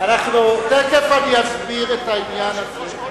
תיכף אני אסביר את העניין הזה.